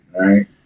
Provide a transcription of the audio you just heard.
right